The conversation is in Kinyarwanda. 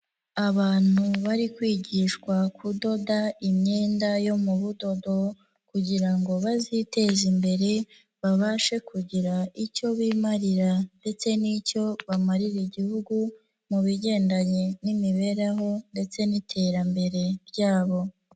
Abantu bari kwigishwa kudoda imyenda yo mu budodo kugira ngo baziteze imbere babashe kugira icyo bimarira ndetse n'icyo bamarira Igihugu mu bigendanye n'imibereho ndetse n'iterambere ryabo.